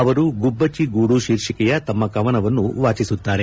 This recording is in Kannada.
ಅವರು ಗುಬ್ಬಚ್ಚ ಗೂಡು ಶೀರ್ಷಿಕೆಯ ತಮ್ಮ ಕವನವನ್ನು ವಾಚಿಸುತ್ತಾರೆ